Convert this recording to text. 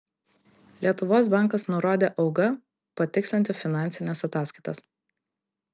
lietuvos bankas nurodė auga patikslinti finansines ataskaitas